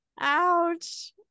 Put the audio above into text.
ouch